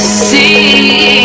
see